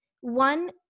One